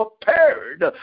prepared